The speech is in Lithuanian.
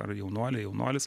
ar jaunuolė jaunuolis